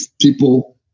people